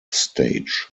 stage